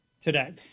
today